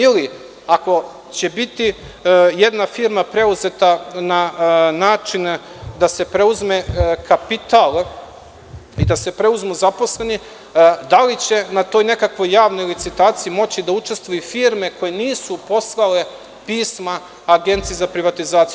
Ili, ako će biti jedna firma preuzeta na način da se preuzme kapital i da se preuzmu zaposleni, da li će na toj nekakvoj javnoj licitaciji moći da učestvuju i firme koje nisu poslale pisma Agenciji za privatizaciju?